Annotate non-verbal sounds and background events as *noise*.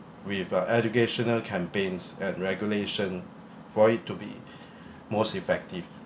with uh educational campaigns and regulation for it to be *breath* most effective